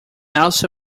also